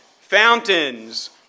fountains